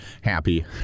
happy